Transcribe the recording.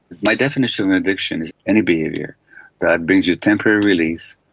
my definition of addiction is any behaviour that brings you temporary release,